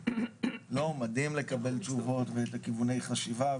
מדהים לקבל תשובות ואת כיווני החשיבה,